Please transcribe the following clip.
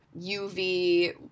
UV